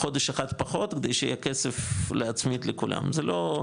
חודש אחד פחות כדי שיהיה כסף להצמיד לכולם, זה לא.